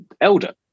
elder